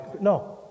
no